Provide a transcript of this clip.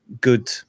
good